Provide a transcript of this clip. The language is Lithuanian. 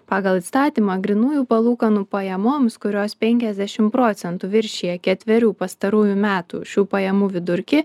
pagal įstatymą grynųjų palūkanų pajamoms kurios penkiasdešim procentų viršija ketverių pastarųjų metų šių pajamų vidurkį